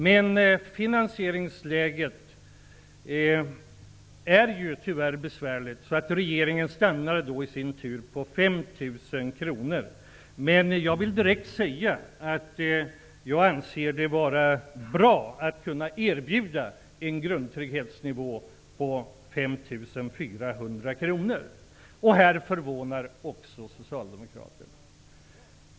Men finansieringsläget är ju tyvärr besvärligt, så regeringen stannade i sin tur på 5 000 kr. Jag vill ändå säga att jag anser det bra att vi kan erbjuda en grundtrygghetsnivå på 5 400 kr. Också här förvånar socialdemokraterna.